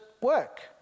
work